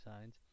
signs